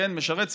משרת ציבור,